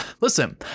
Listen